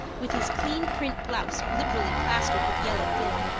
with his clean print blouse liberally plastered with yellow filling,